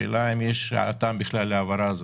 השאלה אם יש טעם בכלל להעברה הזאת.